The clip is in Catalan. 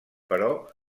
però